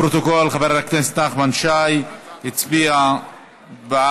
לפרוטוקול, חבר הכנסת נחמן שי הצביע בעד